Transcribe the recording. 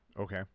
Okay